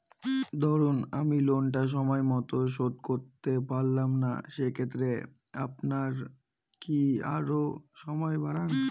ধরুন আমি লোনটা সময় মত শোধ করতে পারলাম না সেক্ষেত্রে আপনার কি আরো সময় বাড়ান?